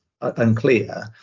unclear